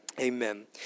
Amen